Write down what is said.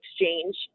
exchange